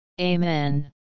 Amen